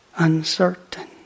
Uncertain